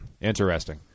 Interesting